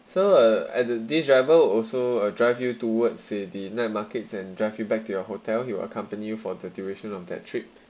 so uh at the this driver will also uh drive you towards say the night markets and drive you back to your hotel he will accompany you for the duration of that trip